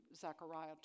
Zechariah